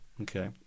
Okay